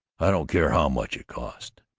i don't care how much it costs!